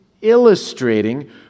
illustrating